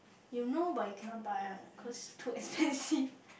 you know but you cannot buy [one] cause too expensive